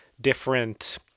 different